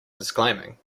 disclaiming